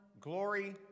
glory